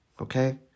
okay